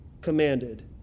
commanded